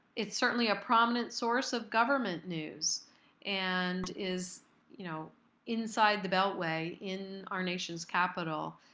it's certainly a prominent source of government news and is you know inside the beltway in our nation's capital.